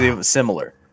similar